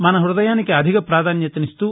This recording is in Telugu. మన హృదయానికి అధిక ప్రాధాన్యతనిస్తూ